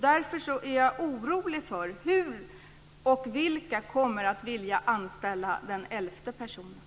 Därför är jag orolig för hur man ska, och vilka som ska vilja, anställa den elfte personen.